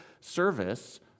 service